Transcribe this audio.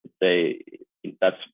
they—that's